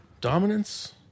Dominance